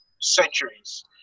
centuries